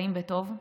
באים בטוב",